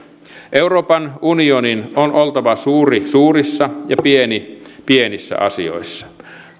euroopan unionin on oltava suuri suurissa ja pieni pienissä asioissa